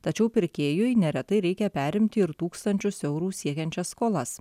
tačiau pirkėjui neretai reikia perimti ir tūkstančius eurų siekiančias skolas